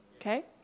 Okay